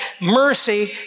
mercy